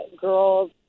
girls